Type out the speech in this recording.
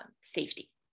safety